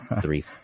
three